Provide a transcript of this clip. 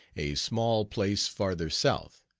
a small place farther south.